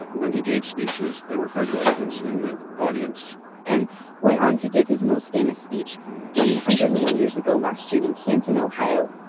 when he gave speeches, there were federal agents in the audience and went on to give his most famous speech one hundred and one years ago last june in canton, ohio,